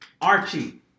Archie